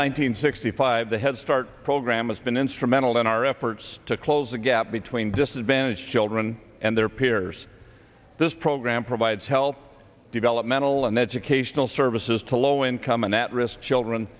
hundred sixty five the head start program has been instrumental in our efforts to close the gap between disadvantaged children and their peers this program provides help developmental and educational services to low income and at risk children